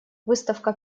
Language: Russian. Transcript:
выставка